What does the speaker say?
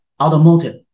automotive